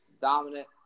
Dominant